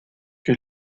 que